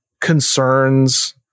concerns